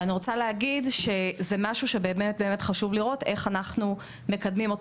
אני רוצה להגיד שזה משהו שחשוב לראות איך מקדמים אותו.